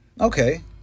Okay